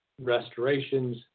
restorations